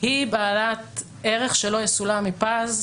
היא בעלת ערך שלא יסולא בפז.